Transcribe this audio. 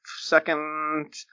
second